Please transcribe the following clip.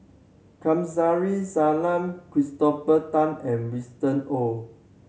Kamsari Salam Christopher Tan and Winston Oh